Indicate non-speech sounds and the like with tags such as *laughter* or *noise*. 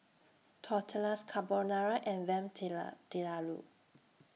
Tortillas Carbonara and Lamb *unintelligible*